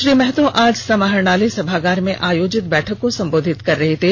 श्री महतो आज समाहरणालय सभागार में आयोजित बैठक को संबोधित कर रहे थे